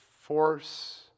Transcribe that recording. force